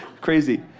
crazy